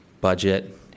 budget